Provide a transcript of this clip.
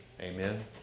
amen